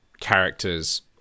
characters